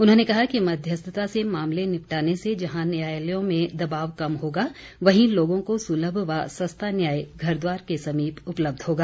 उन्होंने कहा कि मध्यस्थता से मामले निपटाने से जहां न्यायालयों में दबाव कम होगा वहीं लोगों को सुलभ व सस्ता न्याय घरद्वार के समीप उपलब्ध होगा